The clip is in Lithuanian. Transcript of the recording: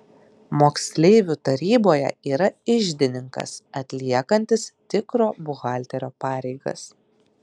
moksleivių taryboje yra iždininkas atliekantis tikro buhalterio pareigas